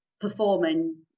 performing